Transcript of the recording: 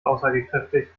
aussagekräftig